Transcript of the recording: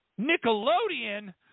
Nickelodeon